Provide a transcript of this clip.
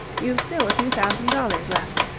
you've still a few thousand dollars left.